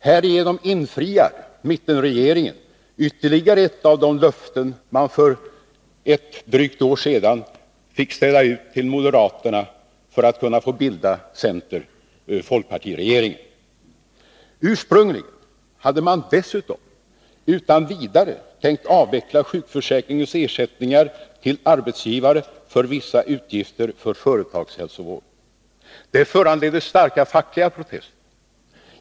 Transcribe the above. Härigenom infriar mittenregeringen ytterligare ett av de löften man för ett drygt år sedan fick ställa ut till moderaterna för att kunna få bilda en center-folkpartiregering. Ursprungligen hade man dessutom utan vidare tänkt avveckla sjukförsäkringens ersättningar till arbetsgivare för vissa utgifter för företagshälsovård. Det föranledde starka fackliga protester.